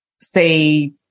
say